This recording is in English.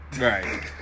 Right